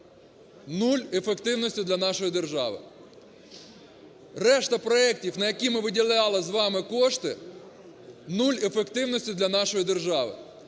нуль ефективності для нашої держави; решта проектів, на які ми виділяли з вами кошти, нуль ефективності для нашої держави.